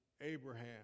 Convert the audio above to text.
Abraham